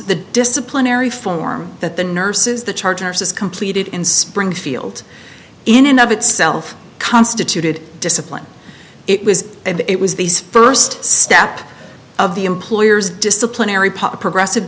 the disciplinary form that the nurses the charter says completed in springfield in and of itself constituted discipline it was and it was these first step of the him lawyers disciplinary pop progressive